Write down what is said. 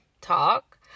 talk